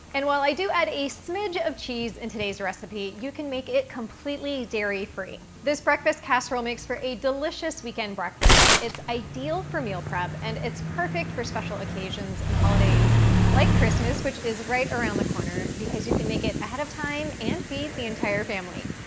and while i do add a smidge of cheese in today's recipe, you can make it completely dairy-free. this breakfast casserole makes for a delicious weekend breakfast. it's ideal for meal prep, and it's perfect for special occasions and holidays like christmas, which is right around the corner, because you can make it ahead of time and feed the entire family.